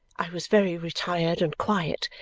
i was very retired and quiet,